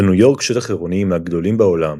לניו יורק שטח עירוני מהגדולים בעולם